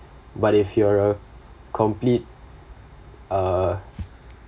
but if you’re complete uh